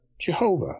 Jehovah